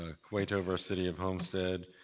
ah cueto versus city of homestead,